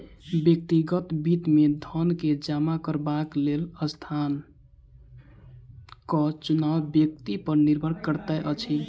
व्यक्तिगत वित्त मे धन के जमा करबाक लेल स्थानक चुनाव व्यक्ति पर निर्भर करैत अछि